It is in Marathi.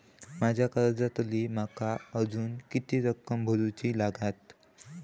माझ्या कर्जातली माका अजून किती रक्कम भरुची लागात?